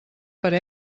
per